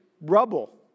rubble